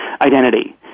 identity